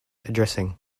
addressing